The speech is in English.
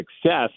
success